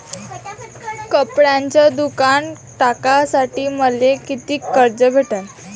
कपड्याचं दुकान टाकासाठी मले कितीक कर्ज भेटन?